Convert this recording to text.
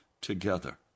together